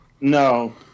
No